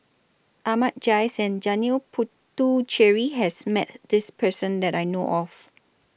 Ahmad Jais and Janil Puthucheary has Met This Person that I know of